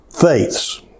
faiths